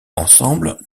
ensemble